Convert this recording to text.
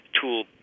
tool